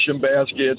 baskets